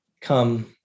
come